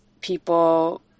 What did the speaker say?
people